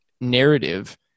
narrative